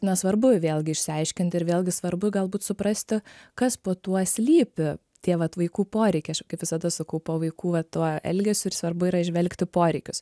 na svarbu vėlgi išsiaiškinti ir vėlgi svarbu galbūt suprasti kas po tuo slypi tie vat vaikų poreikiai aš kaip visada sakau po vaikų vat tuo elgesiu ir svarbu yra įžvelgti poreikius